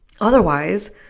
Otherwise